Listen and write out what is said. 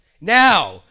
Now